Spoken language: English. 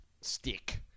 stick